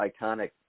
iconic